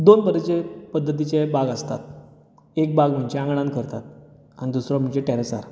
दोन तरेचें पद्धतीचें बाग आसतात एक बाग म्हणजे आंगणांत करतात आनी दुसरो म्हणजे टॅर्रसार